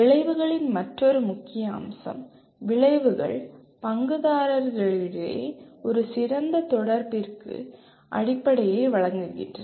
விளைவுகளின் மற்றொரு முக்கிய அம்சம் விளைவுகள் பங்குதாரர்களிடையே ஒரு சிறந்த தொடர்புக்கு அடிப்படையை வழங்குகின்றன